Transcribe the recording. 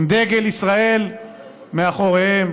עם דגל ישראל מאחוריהם,